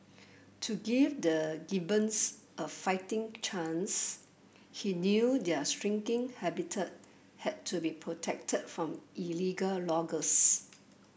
to give the gibbons a fighting chance he knew their shrinking habitat had to be protected from illegal loggers